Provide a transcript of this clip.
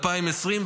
ו-2020.